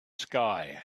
sky